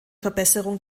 verbesserung